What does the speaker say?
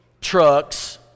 trucks